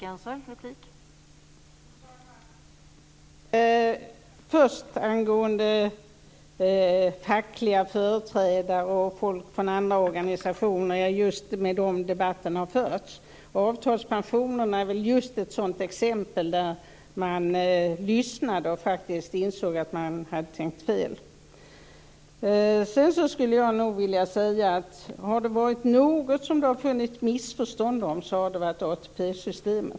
Fru talman! Först angående fackliga företrädare och folk från andra organisationer. Det är just med dem som debatten har förts. Avtalspensionerna är ett sådant exempel där man lyssnade och faktiskt insåg att man hade tänkt fel. Sedan skulle jag nog vilja säga att har det funnits något som det rått missförstånd om så har det varit ATP-systemet.